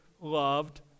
loved